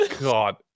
God